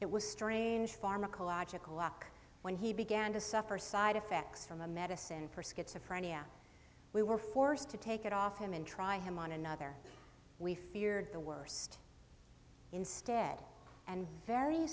it was strange pharmacological luck when he began to suffer side effects from a medicine for schizophrenia we were forced to take it off him and try him on another we feared the worst instead and very